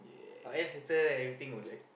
our ancestor everything was like